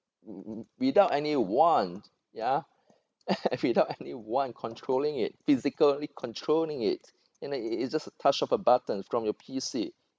without anyone ya actually without anyone controlling it physically controlling it you know it's just a touch of a button from your P_C